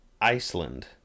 Iceland